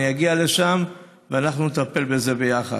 אני אגיע לשם ואנחנו נטפל בזה יחד.